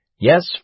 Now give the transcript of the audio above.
Yes